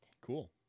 Cool